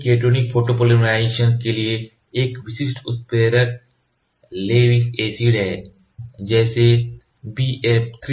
एक cationic photopolymerization के लिए एक विशिष्ट उत्प्रेरक लेविस एसिड है जैसे BF 3